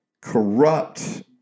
corrupt